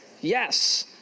Yes